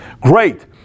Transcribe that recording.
Great